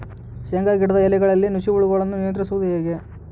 ಶೇಂಗಾ ಗಿಡದ ಎಲೆಗಳಲ್ಲಿ ನುಷಿ ಹುಳುಗಳನ್ನು ನಿಯಂತ್ರಿಸುವುದು ಹೇಗೆ?